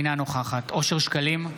אינה נוכחת אושר שקלים,